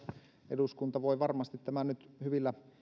eduskunta voi varmasti tämän nyt hyvillä